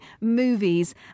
movies